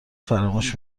فراموش